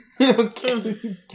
Okay